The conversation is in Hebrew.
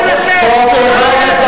אתה רוצה, לא, לא.